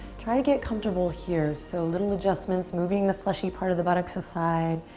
try to get comfortable here. so little adjustments moving the fleshy part of the buttocks aside.